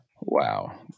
Wow